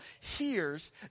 hears